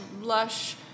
lush